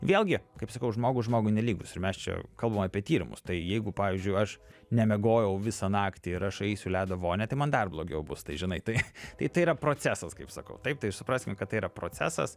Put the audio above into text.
vėlgi kaip sakau žmogus žmogui nelygus ir mes čia kalbam apie tyrimus tai jeigu pavyzdžiui aš nemiegojau visą naktį ir aš eisiu į ledo vonią tai man dar blogiau bus tai žinai tai tai tai yra procesas kaip sakau taip tai ir supraskim kad tai yra procesas